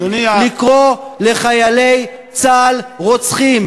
לקרוא לחיילי צה"ל "רוצחים".